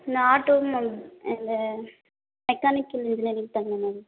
நான் டூ மேம் இந்த மெக்கானிக்கல் இன்ஜினியரிங் பண்ண மேம்